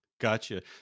Gotcha